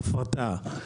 ההפרטה.